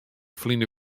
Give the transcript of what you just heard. ferline